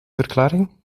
verklaring